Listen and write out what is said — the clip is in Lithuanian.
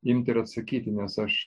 imti ir atsakyti nes aš